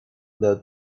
the